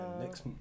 next